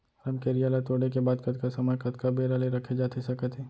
रमकेरिया ला तोड़े के बाद कतका समय कतका बेरा ले रखे जाथे सकत हे?